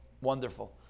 wonderful